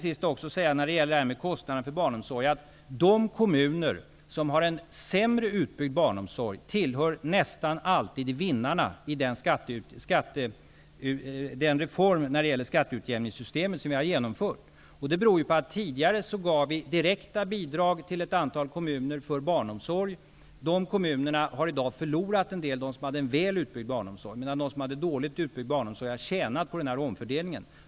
När det gäller detta med kostnader för barnomsorgen, tillhör de kommuner som har en sämre utbyggd barnomsorg nästan alltid vinnarna med den reform i skatteutjämningssystemet som vi har genomfört. Det beror på att tidigare gav vi direkta bidrag till ett antal kommuner för barnomsorg. De kommuner som hade en väl utbyggd barnomsorg har i dag förlorat en del. De som hade en dåligt utbyggd barnomsorg har tjänat på den här omfördelningen.